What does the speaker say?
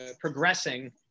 progressing